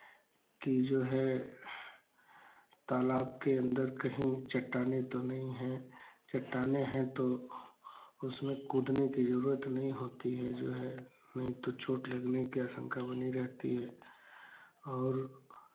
कि जो है तालाब के अंदर कहीं चट्टानें तो नहीं हैं चट्टानें हैं तो उसमें कूदने की जरूरत नहीं होती है जो है नहीं तो चोट लगने की आशंका बनी रहती है और